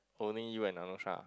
only you and Anusha